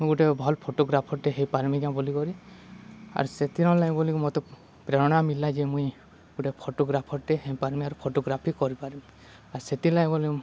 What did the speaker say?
ମୁଁ ଗୁଟେ ଭଲ୍ ଫଟୋଗ୍ରାଫର୍ଟେ ହେଇପାର୍ମି କାଁ ବୋଲିକରି ଆର୍ ସେଥିରର୍ ଲାଗି ବୋଲି ମତେ ପ୍ରେରଣା ମିଲା ଯେ ମୁଇଁ ଗୋଟେ ଫଟୋଗ୍ରାଫର୍ଟେ ହେଇପାର୍ମି ଆର୍ ଫଟୋଗ୍ରାଫି କରିପାର୍ମି ଆର୍ ସେଥିର୍ଲାଗି ବୋଲି